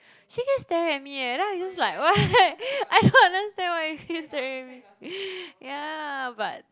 she keeps staring at me eh then I just like what I don't understand why she keeps staring at me yea but